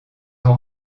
ont